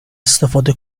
استفاده